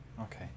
Okay